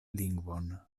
lingvon